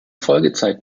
folgezeit